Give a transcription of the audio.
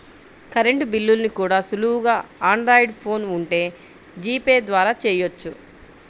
current బిల్లుల్ని కూడా సులువుగా ఆండ్రాయిడ్ ఫోన్ ఉంటే జీపే ద్వారా చెయ్యొచ్చు